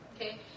Okay